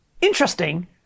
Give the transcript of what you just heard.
interesting